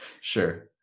Sure